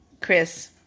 Chris